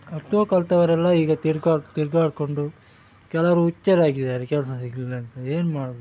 ಅಷ್ಟು ಕಲಿತವರೆಲ್ಲ ಈಗ ತಿರ್ಗಾಕೆ ತಿರ್ಗಾಡಿಕೊಂಡು ಕೆಲವರು ಹುಚ್ಚರಾಗಿದ್ದಾರೆ ಕೆಲಸ ಸಿಗಲಿಲ್ಲ ಅಂತ ಏನು ಮಾಡೋದು